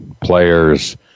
players